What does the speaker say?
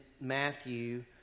Matthew